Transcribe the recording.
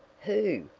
who?